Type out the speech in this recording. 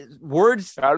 words